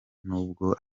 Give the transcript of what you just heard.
nubwo